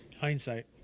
Hindsight